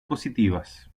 positivas